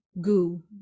goo